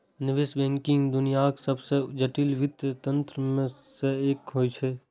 निवेश बैंकिंग दुनियाक सबसं जटिल वित्तीय तंत्र मे सं एक होइ छै